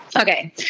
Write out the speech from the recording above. Okay